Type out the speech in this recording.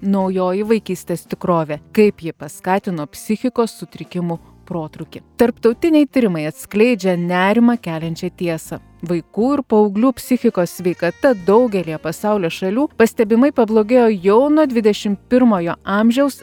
naujoji vaikystės tikrovė kaip ji paskatino psichikos sutrikimų protrūkį tarptautiniai tyrimai atskleidžia nerimą keliančią tiesą vaikų ir paauglių psichikos sveikata daugelyje pasaulio šalių pastebimai pablogėjo jau nuo dvidešimt pirmojo amžiaus